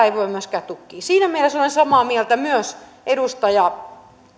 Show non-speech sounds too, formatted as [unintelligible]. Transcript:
[unintelligible] ei voi myöskään tukkia siinä mielessä olen samaa mieltä myös edustaja